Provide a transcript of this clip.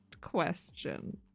question